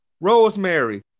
Rosemary